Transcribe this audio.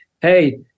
hey